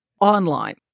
online